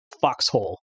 foxhole